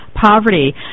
Poverty